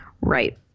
Right